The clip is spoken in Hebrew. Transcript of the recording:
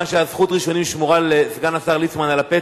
מכיוון שזכות הראשונים שמורה לסגן השר ליצמן על הפתק,